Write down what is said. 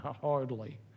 Hardly